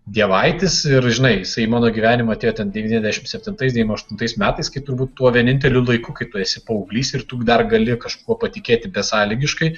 dievaitis ir žinai jisai į mano gyvenimą atėjo ten devyniasdešimt septintais aštuntais metais kai turbūt tuo vieninteliu laiku kai tu esi paauglys ir tu dar gali kažkuo patikėti besąlygiškai